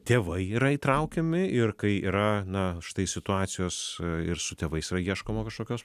tėvai yra įtraukiami ir kai yra na štai situacijos ir su tėvais yra ieškoma kažkokios